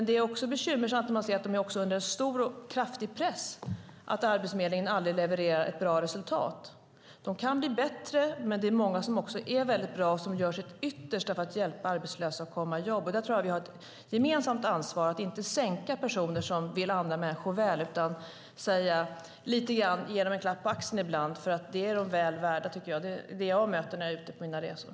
Det är dock bekymmersamt när man ser att de är under stor och kraftig press och att Arbetsförmedlingen aldrig levererar ett bra resultat. De kan bli bättre, men det är många som är väldigt bra och som gör sitt yttersta för att hjälpa arbetslösa att komma i jobb. Där tror jag att vi har ett gemensamt ansvar att inte sänka personer som vill andra människor väl utan lite grann ge dem en klapp på axeln ibland. Det är de väl värda, tycker jag. Det är det jag möter när jag är ute på mina resor.